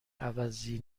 عوضی